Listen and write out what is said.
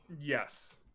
Yes